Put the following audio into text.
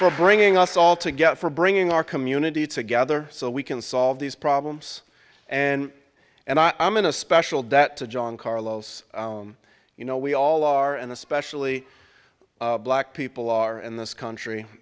for bringing us all to get for bringing our community together so we can solve these problems and and i'm in a special debt to john carlos you know we all are and especially black people are in this country